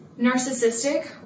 narcissistic